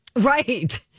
Right